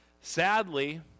Sadly